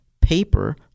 Paper